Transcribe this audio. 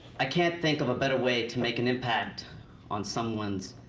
i can't think of a better way to make an impact on someone's